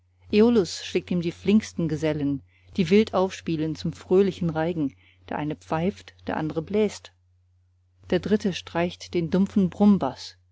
schickt ihm die flinksten gesellen die wild aufspielen zum fröhlichen reigen der eine pfeift der andre bläst der dritte streicht den dumpfen brummbaß